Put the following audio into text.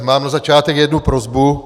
Mám na začátek jednu prosbu.